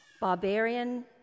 Barbarian